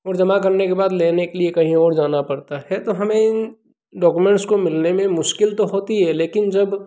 और जमा करने के बाद लेने के लिए कहीं और जाना पड़ता है तो हमें इन डॉक्युमेंट्स के मिलने में मुश्किल तो होती है लेकिन जब